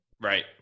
Right